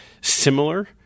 similar